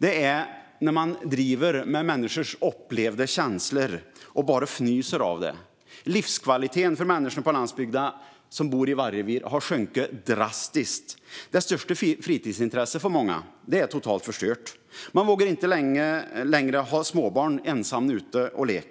är när man driver med människors upplevda känslor och fnyser åt dem. Livskvaliteten för människor som bor i vargrevir på landsbygden har sjunkit drastiskt. Det största fritidsintresset för många är totalt förstört. Man vågar inte längre låta småbarnen leka ensamma ute.